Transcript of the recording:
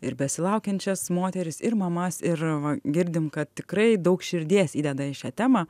ir besilaukiančias moteris ir mamas ir girdim kad tikrai daug širdies įdeda į šią temą